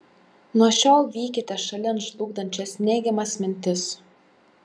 nuo šiol vykite šalin žlugdančias neigiamas mintis